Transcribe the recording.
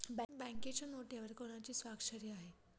बँकेच्या नोटेवर कोणाची स्वाक्षरी आहे?